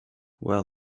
well